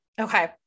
okay